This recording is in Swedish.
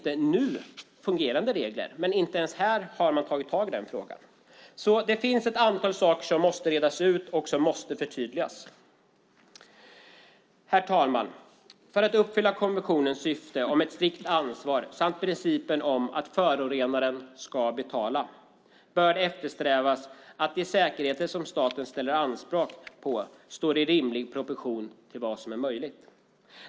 Det finns fungerande regler nu, men inte ens här har man tagit tag i den frågan. Det finns alltså ett antal saker som måste redas ut och som måste förtydligas. Fru talman! För att uppfylla konventionens syfte om ett strikt ansvar samt principen om att förorenaren ska betala bör eftersträvas att de säkerheter som staten gör anspråk på står i rimlig proportion till vad som är möjligt.